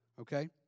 Okay